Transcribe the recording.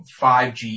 5g